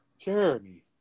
Jeremy